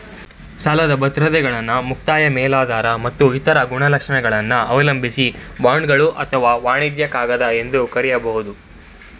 ಸಾಲದ ಬದ್ರತೆಗಳನ್ನ ಮುಕ್ತಾಯ ಮೇಲಾಧಾರ ಮತ್ತು ಇತರ ಗುಣಲಕ್ಷಣಗಳನ್ನ ಅವಲಂಬಿಸಿ ಬಾಂಡ್ಗಳು ಅಥವಾ ವಾಣಿಜ್ಯ ಕಾಗದ ಎಂದು ಕರೆಯಬಹುದು